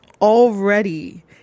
already